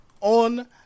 On